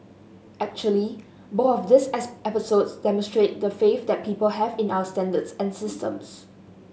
actually both of these episodes demonstrate the faith that people have in our standards and systems